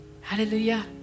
Hallelujah